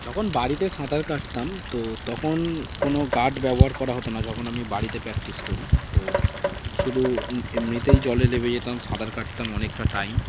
যখন বাড়িতে সাঁতার কাটতাম তো তখন কোনো গার্ড ব্যবহার করা হতো না যখন আমি বাড়িতে প্র্যাকটিস করি তো শুধু এমনিতেই জলে নেমে যেতাম সাঁতার কাটতাম অনেকটা টাইম